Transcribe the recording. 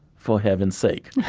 for heaven's sake.